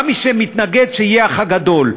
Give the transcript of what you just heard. גם מי שמתנגד שיהיה "האח הגדול",